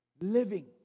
living